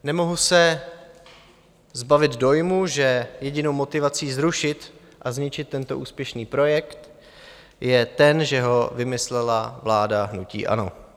Nemohu se zbavit dojmu, že jedinou motivací zrušit a zničit tento úspěšný projekt je ten, že ho vymyslela vláda hnutí ANO.